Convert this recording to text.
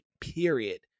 period